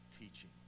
teaching